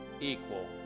equal